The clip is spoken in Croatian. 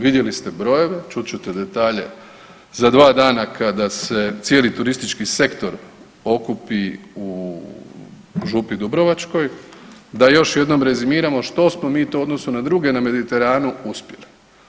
Vidjeli ste brojeve, čut ćete detalje za dva dana kada se cijeli turistički sektor okupi u Župi Dubrovačkoj, da još jednom rezimiramo što smo mi to u odnosu na druge na Mediteranu uspjeli.